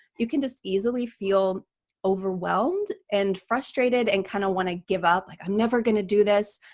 you can just easily feel overwhelmed and frustrated and kind of want to give up. like i'm never going to do this.